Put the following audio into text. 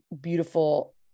beautiful